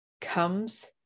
comes